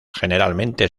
generalmente